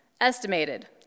estimated